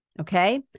okay